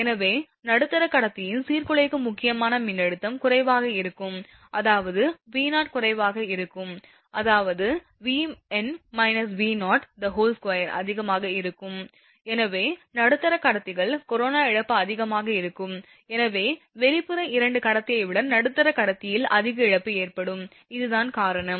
எனவே நடுத்தர கடத்தியின் சீர்குலைக்கும் முக்கியமான மின்னழுத்தம் குறைவாக இருக்கும் அதாவது V0 குறைவாக இருக்கும் அதாவது 2 அதிகமாக இருக்கும் எனவே நடுத்தர கடத்திகள் கொரோனா இழப்பு அதிகமாக இருக்கும் எனவே வெளிப்புற 2 கடத்தியை விட நடுத்தர கடத்தியில் அதிக இழப்பு ஏற்படும் இதுதான் காரணம்